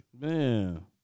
Man